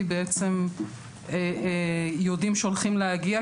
כי בעצם יודעים שהולכים להגיע,